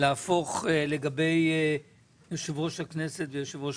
להפוך לגבי יושב ראש הכנסת ויושב ראש